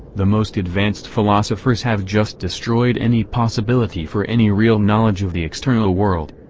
the most advanced philosophers have just destroyed any possibility for any real knowledge of the external world.